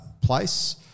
place